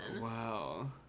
Wow